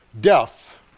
death